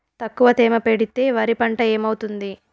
తక్కువ తేమ పెడితే వరి పంట ఏమవుతుంది